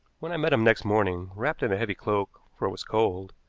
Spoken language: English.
when i met him next morning, wrapped in a heavy cloak, for it was cold,